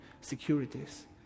securities